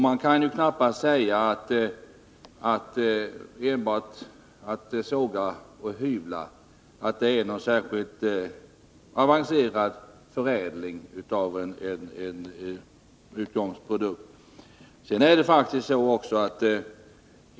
Att enbart såga och hyvla kan knappast sägas vara någon särskilt avancerad förädling av en utgångsprodukt.